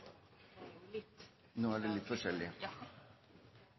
Da er det litt